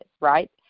right